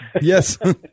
Yes